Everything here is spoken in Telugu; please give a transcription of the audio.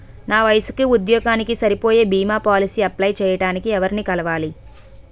నా వయసుకి, ఉద్యోగానికి సరిపోయే భీమా పోలసీ అప్లయ్ చేయటానికి ఎవరిని కలవాలి?